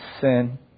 sin